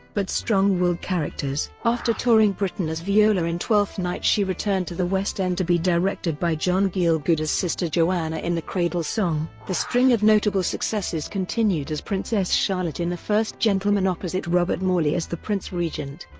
but strong willed characters. after touring britain as viola in twelfth night she returned to the west end to be directed by john gielgud as sister joanna in the cradle song. the string of notable successes continued as princess charlotte in the first gentleman opposite robert morley as the prince regent,